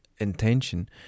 Intention